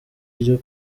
ryo